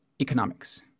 economics